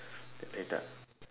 later